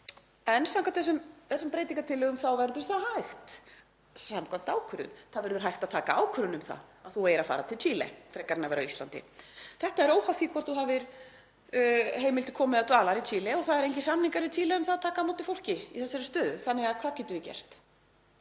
en samkvæmt þessum breytingartillögum þá verður það hægt. Það verður hægt að taka ákvörðun um að þú eigir að fara til Chile frekar en að vera á Íslandi. Þetta er óháð því hvort þú hafir heimild til komu eða dvalar í Chile og það eru engir samningar til um að taka á móti fólki í þessari stöðu, þannig að hvað getum við gert?